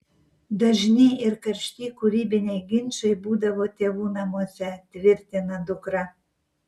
dažni ir karšti kūrybiniai ginčai būdavo tėvų namuose tvirtina dukra